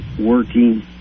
working